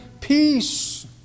peace